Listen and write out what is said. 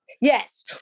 Yes